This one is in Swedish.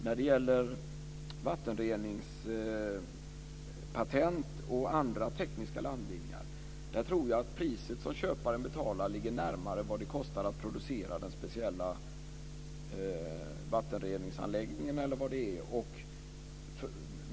När det gäller vattenreningspatent och andra tekniska landvinningar tror jag att det pris som köparen betalar ligger närmare vad det kostar att producera den speciella vattenreningsanläggningen.